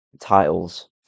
titles